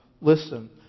listen